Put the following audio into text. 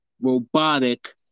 robotic